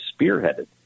spearheaded